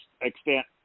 extent